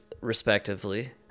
respectively